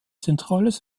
zentrales